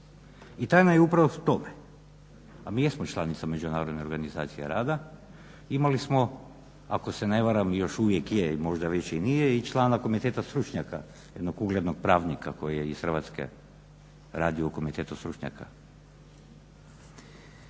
I tajna je upravo u tome, a mi jesmo članica Međunarodne organizacije rada imali smo ako se ne varam, i još uvijek je, možda već i nije i člana komiteta stručnjaka jednog uglednog pravnika koji je iz Hrvatske radio u komitetu stručnjaka.